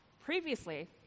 Previously